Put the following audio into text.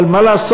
אבל מה לעשות,